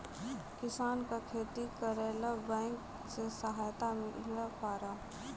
किसान का खेती करेला बैंक से सहायता मिला पारा?